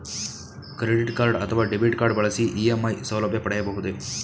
Credit card ಅಥವಾ debit card ಬಳಸಿ EMI ಸೌಲಭ್ಯ ಪಡೆಯಬಹುದೇ?